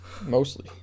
Mostly